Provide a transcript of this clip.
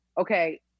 okay